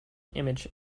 image